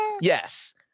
Yes